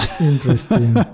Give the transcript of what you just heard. interesting